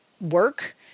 work